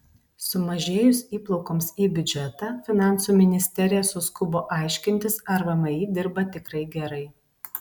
sumažėjus įplaukoms į biudžetą finansų ministerija suskubo aiškintis ar vmi dirba tikrai gerai